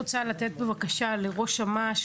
ראש אמ"ש,